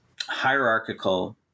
hierarchical